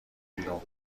بیرون